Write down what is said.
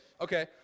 okay